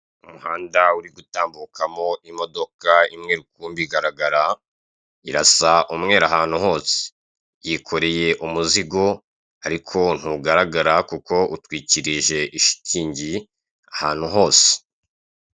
Ahantu hatangirwa serivise za MTN. Turabona umusore wambaye umupira w'umuhondo, yambaye ipantaro y'ikoboyi, yambaye isaha y'umukara. Tukabona kandi umuzungu yambaye ishati yiganjemo ibara ry'umukara ndetse n'umuhondo, inyuma ye kandi hari n'undi musore wambaye umupira w'umuhondo urimo n'umukara. Umuzungu barimo baramwereka serivise zitangwa na MTN zitandukanye. MTN ni umurongo uhuriraho abantu benshi ukoreshwa n'abantu barenga mirongo irindwi ku ijana mu gihugu.